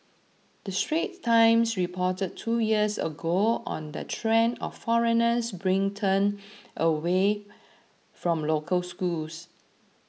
the Straits Times reported two years ago on the trend of foreigners bring turned away from local schools